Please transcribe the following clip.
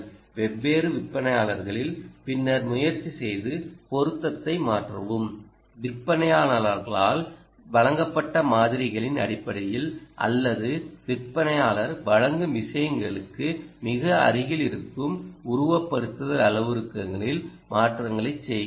வெவ்வேறு விற்பனையாளர்களில் பின்னர் முயற்சி செய்து பொருத்தத்தை மாற்றவும் விற்பனையாளரால் வழங்கப்பட்ட மாதிரிகளின் அடிப்படையில் அல்லது விற்பனையாளர் வழங்கும் விஷயங்களுக்கு மிக அருகில் இருக்கும் உருவகப்படுத்துதல் அளவுருக்களில் மாற்றங்களைச் செய்யுங்கள்